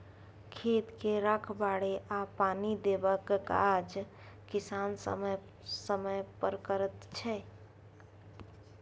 खेत के रखबाड़ी आ पानि देबाक काज किसान समय समय पर करैत छै